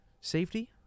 safety